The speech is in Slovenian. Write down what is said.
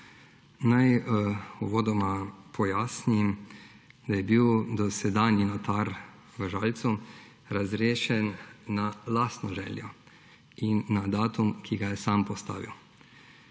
Naj uvodoma pojasnim, da je bil dosedanji notar v Žalcu razrešen na lastno željo in na datum, ki ga je sam postavil.